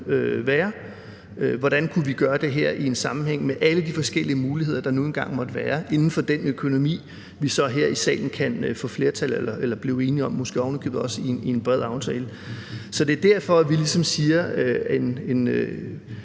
hvordan vi kunne gøre det her i en sammenhæng med alle de forskellige muligheder, der nu engang måtte være, inden for den økonomi, vi her i salen kan få flertal for eller måske ovenikøbet blive enige om i en bred aftale. Det er derfor, vi ligesom siger,